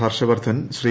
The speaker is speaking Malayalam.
ഹർഷവർദ്ധൻ ശ്രീ